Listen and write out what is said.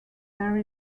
there